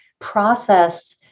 process